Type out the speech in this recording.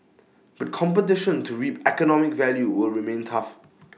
but competition to reap economic value will remain tough